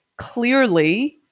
Clearly